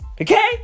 okay